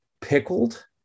pickled